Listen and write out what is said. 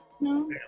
No